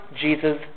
Jesus